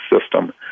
system